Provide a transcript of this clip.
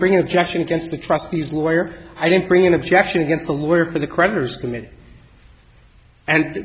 bring objection against the trustees lawyer i didn't bring an objection against the lawyer for the creditors committee and